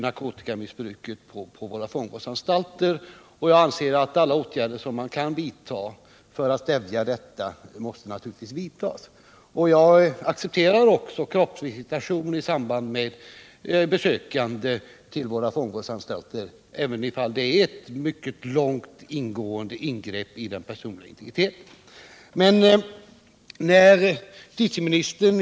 Narkotikamissbruket på fångvårdsanstalterna är ett stort problem. Jag anser att alla tänkbara åtgärder för att stävja detta missbruk måste vidtas. Jag accepterar också kroppsvisitation av besökande vid fångvårdsanstalterna, även om detta är ett mycket långt gående ingrepp i den personliga integriteten.